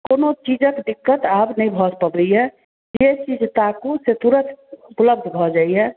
एहिमे चीजक दिक्कत आब नहि भऽ सकैया जे चीज से ताकू तुरत उपलब्ध भऽ जाइया